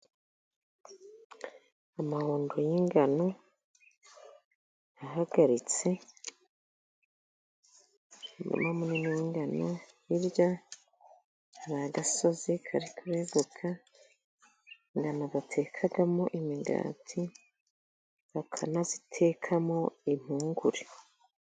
Amahundo y'ingano ahagaritse. Umurima munini w'ingano hirya hari agasozi kari kureguka, ingano batekamo imigati, bakanazitekamo impungure.